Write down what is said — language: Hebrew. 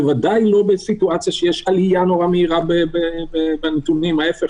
בוודאי לא בסיטואציה שיש עלייה מאוד מהירה בנתונים ההפך,